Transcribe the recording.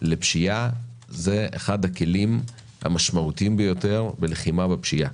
בפשיעה הא אחד הכלים המשמעותיים ביותר בלחימה בפשיעה.